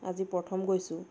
আজি প্ৰথম গৈছোঁ